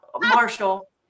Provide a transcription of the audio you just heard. Marshall